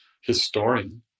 historian